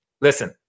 Listen